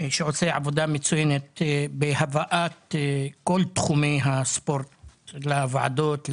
שעושה עבודה מצוינת בהבאת כל תחומי הספורט לוועדות,